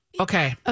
Okay